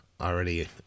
already